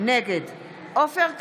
נגד עופר כסיף,